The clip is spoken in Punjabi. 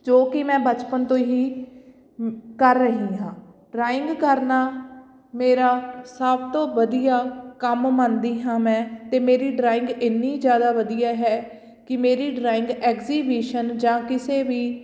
ਜੋ ਕਿ ਮੈਂ ਬਚਪਨ ਤੋਂ ਹੀ ਕਰ ਰਹੀ ਹਾਂ ਡਰਾਇੰਗ ਕਰਨਾ ਮੇਰਾ ਸਭ ਤੋਂ ਵਧੀਆ ਕੰਮ ਮੰਨਦੀ ਹਾਂ ਮੈਂ ਅਤੇ ਮੇਰੀ ਡਰਾਇੰਗ ਇੰਨੀ ਜ਼ਿਆਦਾ ਵਧੀਆ ਹੈ ਕਿ ਮੇਰੀ ਡਰਾਇੰਗ ਐਗਜੀਬਿਸ਼ਨ ਜਾਂ ਕਿਸੇ ਵੀ